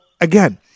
again